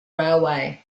railway